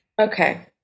Okay